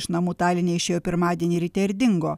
iš namų taline išėjo pirmadienį ryte ir dingo